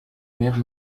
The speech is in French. mère